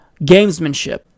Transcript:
gamesmanship